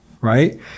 right